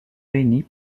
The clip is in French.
réunis